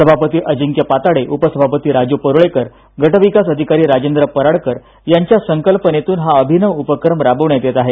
सभापती अजिंक्य पाताडे उपसभापती राजू परुळेकर गटविकास अधिकारी राजेंद्र पराडकर यांच्या संकल्पनेतून हा अभिनव उपक्रम राबविण्यात येत आहे